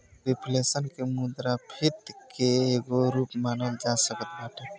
reflection के मुद्रास्फीति के एगो रूप मानल जा सकत बाटे